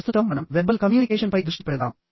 ప్రస్తుతం మనం వెర్బల్ కమ్యూనికేషన్పై దృష్టి పెడదాం